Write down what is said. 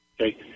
Okay